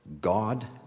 God